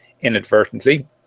inadvertently